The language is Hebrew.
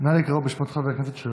נא לקרוא שוב בשמות חברי הכנסת.